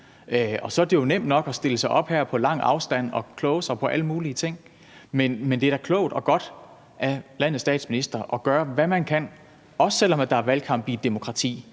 Det er jo nemt nok at stille sig op her på lang afstand og kloge sig på alle mulige ting. Men det er da klogt og godt af landets statsminister at gøre, hvad man kan – også selv om der er valgkamp i et demokrati